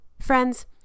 Friends